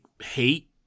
hate